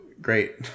Great